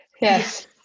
Yes